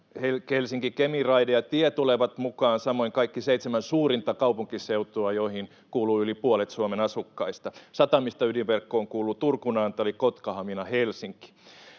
Helsinki— Kemi-raide ja -tie tulevat mukaan, samoin kaikki seitsemän suurinta kaupunkiseutua, joihin kuuluu yli puolet Suomen asukkaista. Satamista ydinverkkoon kuuluvat Turku, Naantali, Kotka, Hamina ja Helsinki.